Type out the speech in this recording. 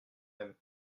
même